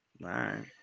right